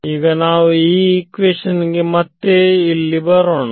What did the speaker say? ಈಗ ನಾವು ಈ ಇಕ್ವಿಷನ್ ಮತ್ತೆ ಇಲ್ಲಿ ಬರೆಯೋಣ